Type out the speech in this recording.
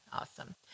Awesome